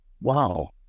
wow